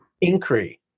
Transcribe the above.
Inquiry